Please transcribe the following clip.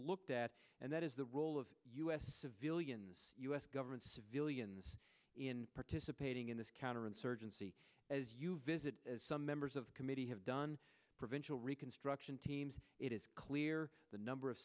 looked at and that is the role of u s civilians u s government civilians in participating in this counterinsurgency as you visit as some members of committee have done provincial reconstruction teams it is clear the number of